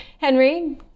Henry